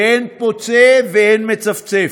ואין פוצה פה ואין מצפצף.